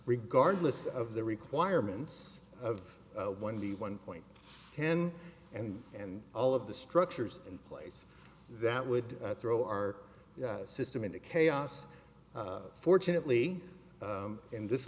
regardless of the requirements of one the one point ten and and all of the structures in place that would throw our system into chaos fortunately in this